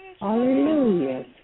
Hallelujah